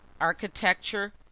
architecture